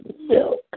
milk